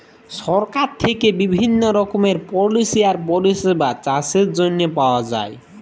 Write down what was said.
সরকারের থ্যাইকে বিভিল্ল্য রকমের পলিসি আর পরিষেবা চাষের জ্যনহে পাউয়া যায়